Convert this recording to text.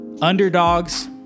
underdogs